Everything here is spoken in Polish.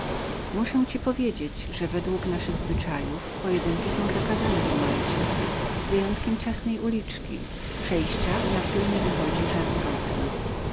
muszę ci powiedzieć że według naszych zwyczajów pojedynki zakazane są na malcie wyjąwszy w ciasnej uliczce przejściu na które nie mychodziwychodzi żadne okno